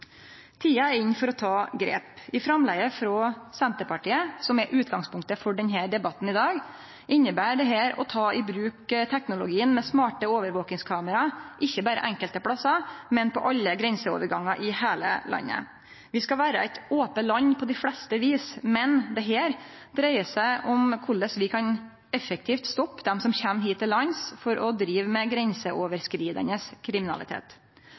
Tida er inne for å ta grep. I framlegget frå Senterpartiet, som er utgangspunktet for denne debatten i dag, inneber det å ta i bruk teknologien med smarte overvakingskamera ikkje berre enkelte plassar, men på alle grenseovergangar i heile landet. Noreg skal vere eit ope land på dei fleste vis, men dette dreier seg om korleis vi effektivt kan stoppe dei som kjem hit til lands for å drive med grenseoverskridande kriminalitet.